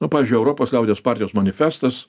nu pavyzdžiui europos liaudies partijos manifestas